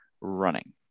running